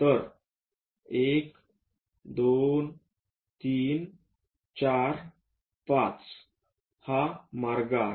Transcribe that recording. तर 1 2 3 4 5 हा मार्ग आहे